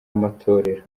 amatorero